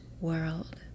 world